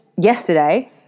yesterday